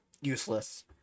useless